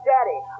Daddy